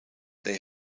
they